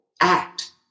act